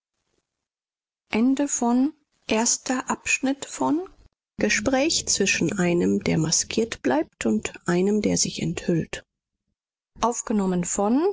zwischen einem der maskiert bleibt und einem der sich enthüllt